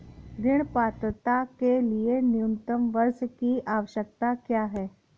ऋण पात्रता के लिए न्यूनतम वर्ष की आवश्यकता क्या है?